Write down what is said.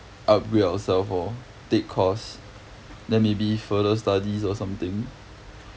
upgrade ourself orh take course then maybe further studies or something